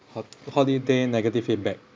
ho~ holiday negative feedback